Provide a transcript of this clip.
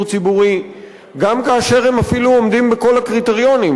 ציבורי גם כאשר הם אפילו עומדים בכל הקריטריונים,